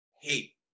hate